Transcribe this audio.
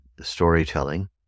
storytelling